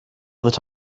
that